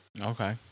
Okay